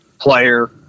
player